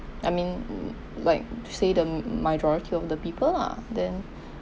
I mean l~ like say the m~ majority of the people lah then